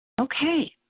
Okay